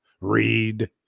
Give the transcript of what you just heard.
read